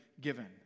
given